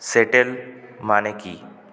settle মানে কি